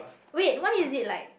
wait why is it like